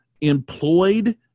employed